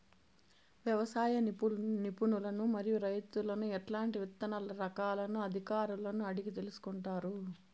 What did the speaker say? వ్యవసాయ నిపుణులను మరియు రైతులను ఎట్లాంటి విత్తన రకాలను అధికారులను అడిగి తెలుసుకొంటారు?